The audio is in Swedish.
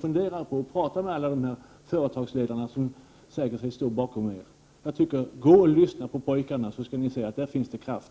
fundera över. Tala med alla de företagsledare som säkert står bakom er! Gå och lyssna på dem, så skall ni få se att där finns det kraft!